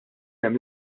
hemm